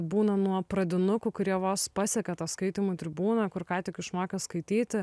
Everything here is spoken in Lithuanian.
būna nuo pradinukų kurie vos pasiekia tą skaitymų tribūną kur ką tik išmokęs skaityti